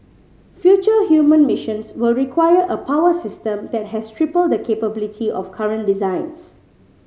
future human missions will require a power system that has triple the capability of current designs